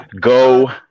Go